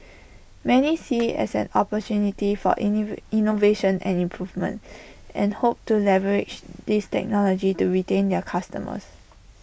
many see IT as an opportunity for in lee innovation and improvement and hope to leverage this technology to retain their customers